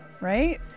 Right